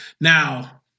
Now